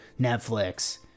Netflix